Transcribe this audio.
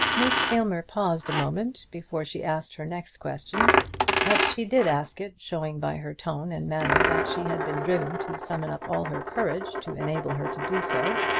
miss aylmer paused a moment before she asked her next question but she did ask it, showing by her tone and manner that she had been driven to summon up all her courage to enable her to do so.